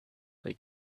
they